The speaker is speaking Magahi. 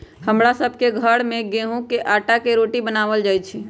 हमरा सभ के घर में गेहूम के अटा के रोटि बनाएल जाय छै